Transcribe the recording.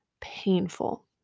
painful